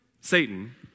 Satan